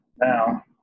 now